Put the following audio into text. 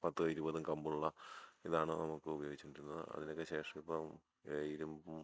പത്തും ഇരുപതും കമ്പുള്ള ഇതാണ് നമുക്ക് ഉപയോഗിച്ചുകൊണ്ടിരുന്നത് അതിനൊക്കെ ശേഷം ഇപ്പം ഇരുമ്പും